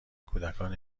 کودکان